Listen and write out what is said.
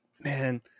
man